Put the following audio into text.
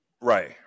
Right